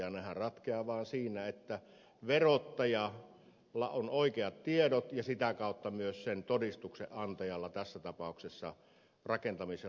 nehän ratkeavat vain sillä että verottajalla on oikeat tiedot ja sitä kautta myös sen todistuksen antajalla tässä tapauksessa rakentamisen laatu ryllä